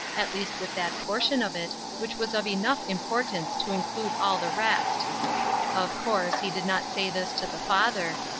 at least with that portion of it, which was of enough importance to include all the rest of course, he did not say this to the father,